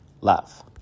love